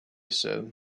said